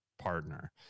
partner